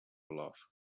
love